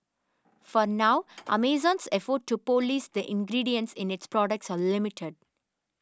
for now Amazon's efforts to police the ingredients in its products are limited